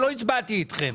שלא הצבעתי איתכם.